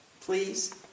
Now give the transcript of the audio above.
please